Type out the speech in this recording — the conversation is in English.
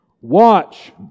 Watch